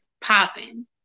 popping